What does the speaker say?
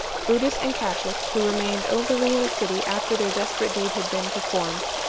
brutus and cassius, who remained openly in the city after their desperate deed had been performed,